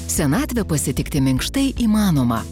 senatvę pasitikti minkštai įmanoma